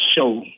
show